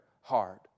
heart